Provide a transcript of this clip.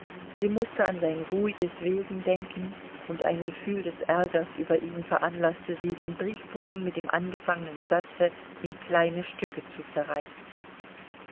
sie mußte an sein ruhiges wesen denken und ein gefühl des ärgers über ihn veranlaßte sie den briefbogen mit dem angefangenen satze in kleine stücke zu zerreißen